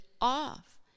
off